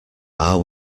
are